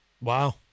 Wow